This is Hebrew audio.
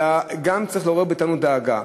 אלא גם צריכה לעורר בנו דאגה,